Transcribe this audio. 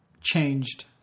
changed